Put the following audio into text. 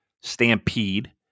Stampede